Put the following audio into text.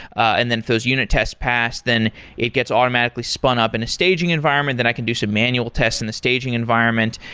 and then if those unit tests pass then it gets automatically spun up in a staging environment, then i can do some manual tests in the staging environment,